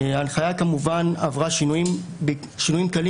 ההנחיה כמובן עברה שינויים קלים,